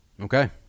Okay